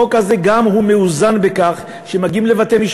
החוק הזה גם מאוזן בכך שמגיעים לבתי-משפט,